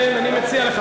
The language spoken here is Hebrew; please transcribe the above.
כן, אני מציע לך.